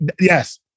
Yes